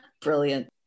Brilliant